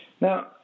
Now